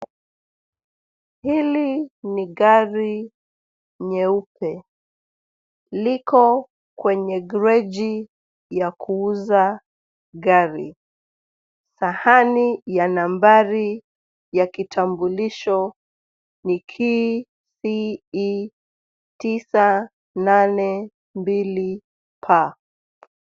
Hili ni gari nyeupe, liko kwenye gereji ya kuuza gari. Sahani ya nambari ya kitambulisho ni KCE 982 P .